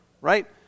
Right